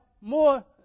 more